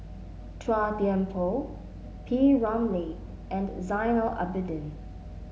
Chua Thian Poh P Ramlee and Zainal Abidin